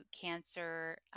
cancer